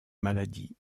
maladie